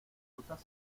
rusas